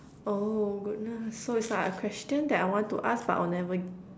oh goodness so it's like a question that I want to ask but I'll never